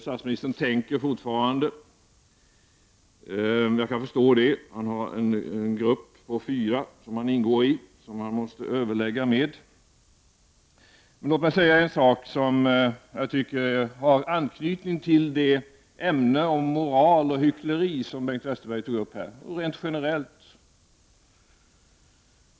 Statsministern tänker fortfarande, och det kan jag förstå. Han ingår i en grupp på fyra personer som han måste överlägga med. Låt mig rent generellt säga en sak som jag tycker har anknytning till den moral och det hyckleri som Bengt Westerberg nyss talade om.